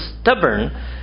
stubborn